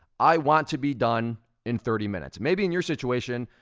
i want to be done in thirty minutes. maybe in your situation,